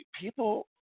people